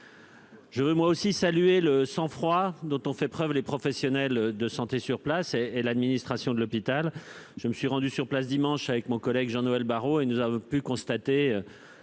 Je veux moi aussi saluer le sang-froid dont ont fait preuve les professionnels de santé sur place et et l'administration de l'hôpital. Je me suis rendu sur place dimanche, avec mon collègue Jean-Noël Barrot et nous avons pu constater